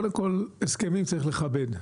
קודם כל, הסכמים צריך לכבד.